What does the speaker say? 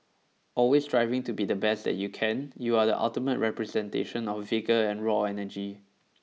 always striving to be the best that you can be you are the ultimate representation of vigour and raw energy